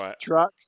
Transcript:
truck